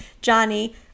Johnny